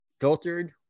filtered